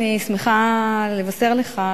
אני שמחה לבשר לך,